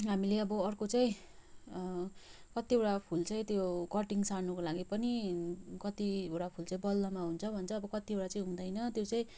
हामीले अब अर्को चाहिँ कतिवटा फुल चाहिँ त्यो कटिङ सार्नुको लागि पनि कतिवटा फुल चाहिँ बलुवामा हुन्छ भन्छ कतिवटा चाहिँ हुँदैन त्यो चाहिँ